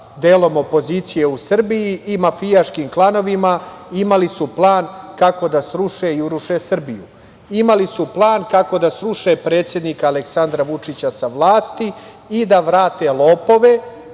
delom opozicije u Srbiji i mafijaškim klanovima, imali su plan kako da sruše i uruše Srbiju. Imali su plan kako da sruše predsednika Aleksandra Vučića sa vlasti i da vrate lopove